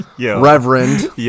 Reverend